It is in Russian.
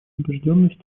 убежденности